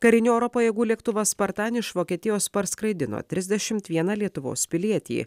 karinių oro pajėgų lėktuvas spartan iš vokietijos parskraidino trisdešimt vieną lietuvos pilietį